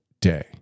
day